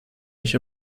nicht